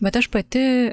bet aš pati